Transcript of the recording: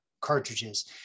cartridges